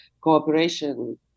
cooperation